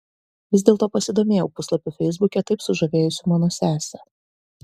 vis dėlto pasidomėjau puslapiu feisbuke taip sužavėjusiu mano sesę